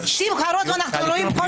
שמחה רוטמן רואים כל יום.